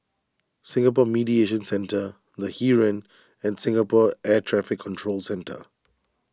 Singapore Mediation Centre the Heeren and Singapore Air Traffic Control Centre